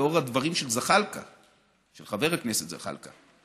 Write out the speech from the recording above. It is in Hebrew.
לנוכח הדברים של חבר הכנסת זחאלקה,